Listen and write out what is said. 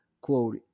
quote